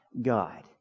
God